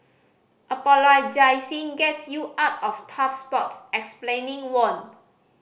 apologising gets you out of tough spots explaining won't